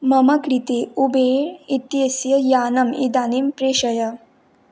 मम कृते उबेर् इत्यस्य यानम् इदानीं प्रेषय